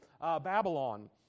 Babylon